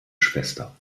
schwester